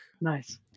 Nice